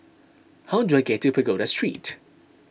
how do I get to Pagoda Street